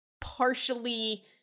partially